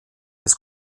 des